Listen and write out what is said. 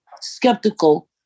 skeptical